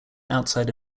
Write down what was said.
outside